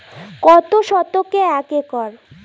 কত শতকে এক একর?